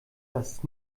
dass